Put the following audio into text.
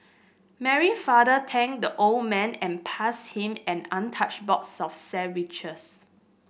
Mary father thanked the old man and passed him an untouched box of sandwiches